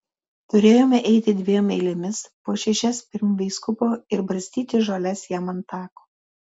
turėjome eiti dviem eilėmis po šešias pirm vyskupo ir barstyti žoles jam ant tako